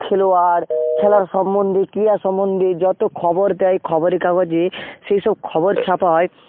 খেলোয়াড় খেলার সম্বন্ধে ক্রীড়া সম্বন্ধে যত খবর দেয় খবরের কাগজে সেই সব খবর ছাপা হয়